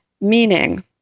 meaning